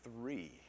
three